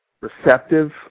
receptive